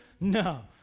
No